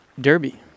Derby